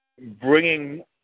bringing